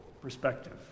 perspective